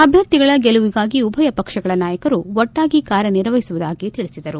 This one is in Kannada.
ಅಭ್ಯರ್ಥಿಗಳ ಗೆಲುವಿಗಾಗಿ ಉಭಯ ಪಕ್ಷಗಳ ನಾಯಕರು ಒಟ್ಟಾಗಿ ಕಾರ್ಯನಿರ್ವಹಿಸುವುದಾಗಿ ತಿಳಿಸಿದರು